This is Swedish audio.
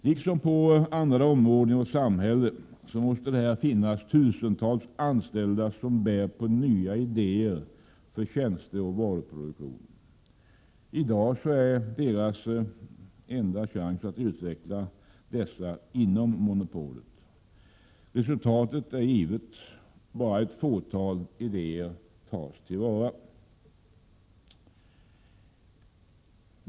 Liksom på andra områden i vårt samhälle måste det här finnas tusentals anställda som bär på nya idéer för tjänsteoch varuproduktion. I dag är deras enda chans att utveckla dessa inom monopolet. Resultatet är givet: bara ett fåtal idéer tas till vara.